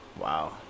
Wow